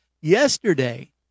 Yesterday